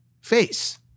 Face